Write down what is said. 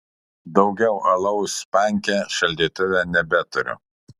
daugiau alaus panke šaldytuve nebeturiu